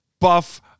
buff